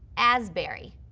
asbury,